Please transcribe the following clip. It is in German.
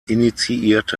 initiierte